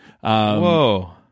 whoa